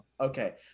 Okay